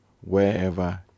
wherever